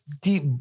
deep